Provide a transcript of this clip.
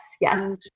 yes